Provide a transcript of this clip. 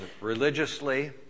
religiously